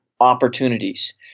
opportunities